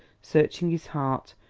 searching his heart,